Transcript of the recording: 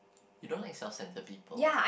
you don't like self-centered people